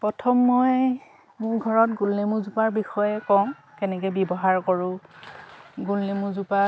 প্ৰথম মই মোৰ ঘৰত গোল নেমুজোপাৰ বিষয়ে কওঁ কেনেকৈ ব্যৱহাৰ কৰোঁ গোল নেমুজোপা